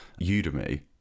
Udemy